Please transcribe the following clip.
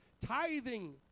tithing